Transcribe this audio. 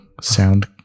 sound